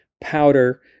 powder